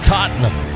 Tottenham